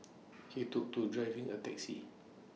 he took to driving A taxi